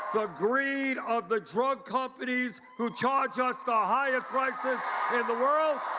the greed of the drug companies who charge us the highest prices in the world.